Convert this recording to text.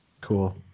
Cool